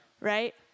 Right